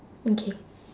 okay